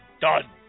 Done